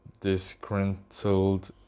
disgruntled